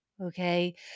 Okay